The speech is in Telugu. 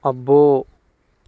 అబ్బో